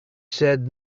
said